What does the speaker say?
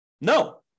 No